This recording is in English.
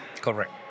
Correct